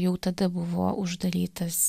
jau tada buvo uždarytas